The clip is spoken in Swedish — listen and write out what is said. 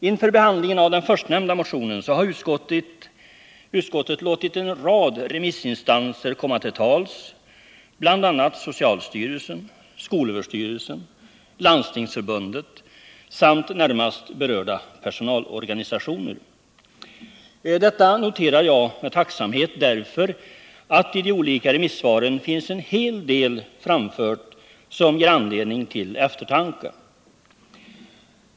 Inför behandlingen av den förstnämnda motionen har utskottet låtit en rad remissinstanser komma till tals, bl.a. socialstyrelsen, skolöverstyrelsen, Landstingsförbundet samt närmast berörda personalorganisationer. Detta noterar jag med tacksamhet, därför att det i de olika remissvaren finns en hel del framfört som ger anledning till eftertanke.